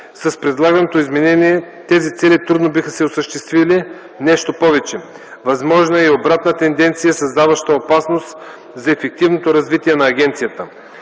С предлаганото изменение тези цели трудно биха се осъществили. Нещо повече – възможна е и обратна тенденция, създаваща опасност за ефективното развитие на агенцията.